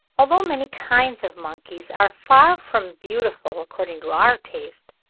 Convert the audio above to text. although many kinds of monkeys are far from beautiful according to our taste,